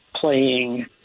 playing